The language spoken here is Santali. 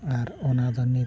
ᱟᱨ ᱚᱱᱟᱫᱚ ᱱᱤᱛ